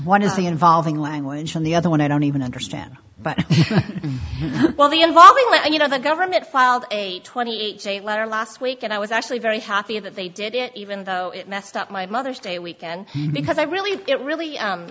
is the involving language from the other one i don't even understand but well the involvement you know the government filed a twenty eight letter last week and i was actually very happy that they did it even though it messed up my mother's day weekend because i really it really